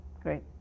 Great